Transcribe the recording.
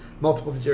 multiple